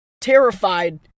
terrified